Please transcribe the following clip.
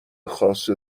خاص